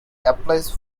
applies